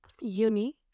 Unique